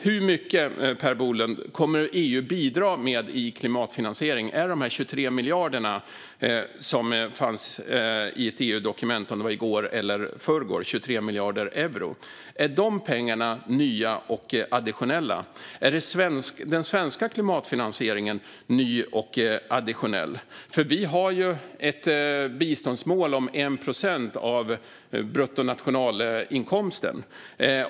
Hur mycket, Per Bolund, kommer EU att bidra med i klimatfinansiering? Är det de 23 miljarder euro som nämndes i ett EU-dokument i går eller i förrgår? Och är de pengarna nya och additionella? Är den svenska klimatfinansieringen ny och additionell? Vi har ju ett biståndsmål om 1 procent av bruttonationalinkomsten.